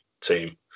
team